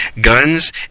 guns